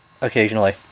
Occasionally